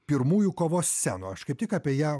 pirmųjų kovos scenų aš kaip tik apie ją